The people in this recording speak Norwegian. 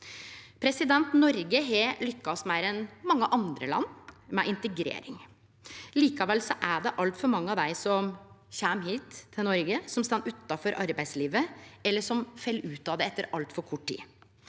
Noreg har lykkast meir enn mange andre land med integrering. Likevel er det altfor mange av dei som kjem hit til Noreg, som står utanfor arbeidslivet, eller som fell ut av det etter altfor kort tid.